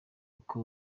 uko